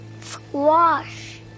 squash